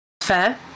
Fair